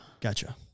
Gotcha